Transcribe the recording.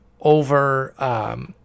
over